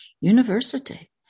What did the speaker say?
University